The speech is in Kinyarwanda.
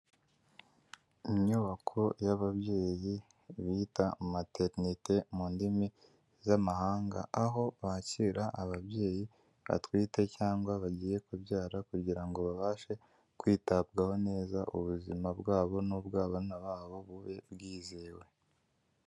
Inyubako y'ababyeyi bita materinite mu ndimi z'amahanga aho bakira ababyeyi batwite cyangwa bagiye kubyara kugira ngo babashe kwitabwaho neza ubuzima bwabo n'ubw'abana babo bube bwizewe.